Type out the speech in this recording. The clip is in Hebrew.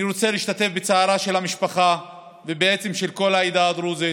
אני רוצה להשתתף בצער של המשפחה ושל כל העדה הדרוזית.